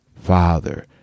father